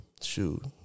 shoot